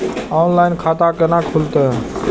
Online खाता केना खुलते?